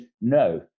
No